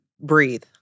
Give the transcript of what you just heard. Breathe